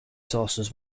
sources